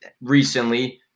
Recently